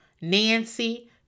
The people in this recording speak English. Nancy